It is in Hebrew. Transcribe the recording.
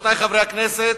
רבותי חברי הכנסת,